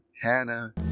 Hannah